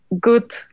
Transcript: good